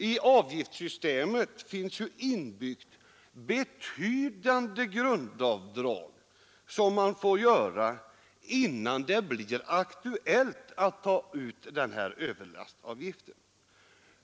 I avgiftssystemet finns ju inbyggt betydande grundavdrag som man får göra innan det blir aktuellt att ta ut den här överlastavgiften.